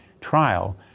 trial